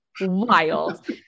Wild